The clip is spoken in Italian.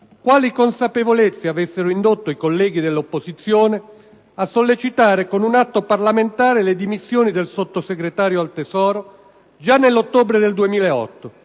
quali consapevolezze avessero indotto i colleghi dell'opposizione a sollecitare con un atto parlamentare le dimissioni del Sottosegretario al tesoro già nell'ottobre del 2008,